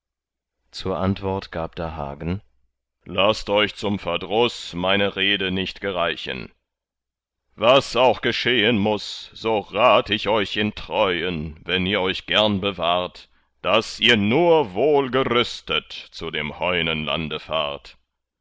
zur antwort gab da hagen laßt euch zum verdruß meine rede nicht gereichen was auch geschehen muß so rat ich euch in treuen wenn ihr euch gern bewahrt daß ihr nur wohlgerüstet zu dem heunenlande fahrt